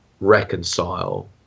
reconcile